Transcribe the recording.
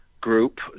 group